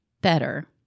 better